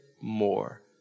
more